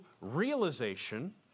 realization